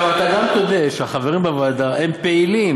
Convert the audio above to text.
עכשיו, אתה גם תודה שהחברים בוועדה הם פעילים.